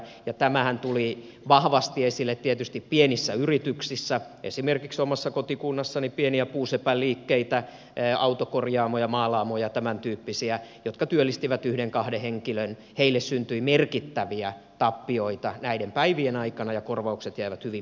tämähän tuli vahvasti esille tietysti pienissä yrityksissä esimerkiksi omassa kotikunnassani pienille puusepänliikkeille autokorjaamoille maalaamoille ja tämäntyyppisille jotka työllistivät yhden tai kaksi henkilöä syntyi merkittäviä tappioita näiden päivien aikana ja korvaukset jäivät hyvin minimaalisiksi